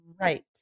Right